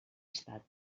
està